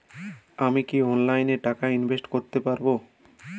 আমি কি অনলাইনে টাকা ইনভেস্ট করতে পারবো?